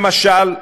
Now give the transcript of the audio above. למשל,